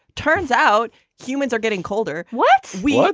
turns out humans are getting colder. what? what?